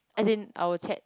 as in I will check